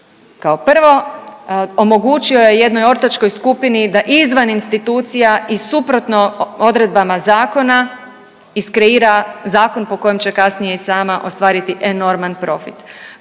Kao prvo, omogućio je jednoj ortačkoj skupini da izvan institucija i suprotno odredbama zakona iskreira zakon po kojem će kasnije i sama ostvariti enorman profit.